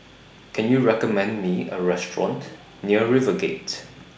Can YOU recommend Me A Restaurant near RiverGate